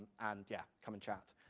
and yeah, come and chat.